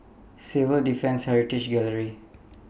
Civil Defence Heritage Gallery